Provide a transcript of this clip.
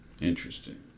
interesting